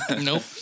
Nope